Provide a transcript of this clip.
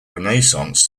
renaissance